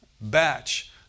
batch